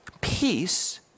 Peace